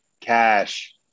cash